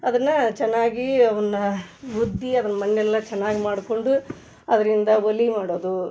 ಅದನ್ನು ಚೆನ್ನಾಗಿ ಅವನ್ನ ಗುದ್ದಿ ಅದನ್ನು ಮಣ್ಣೆಲ್ಲ ಚೆನ್ನಾಗಿ ಮಾಡಿಕೊಂಡು ಅದರಿಂದ ಒಲೆ ಮಾಡೋದು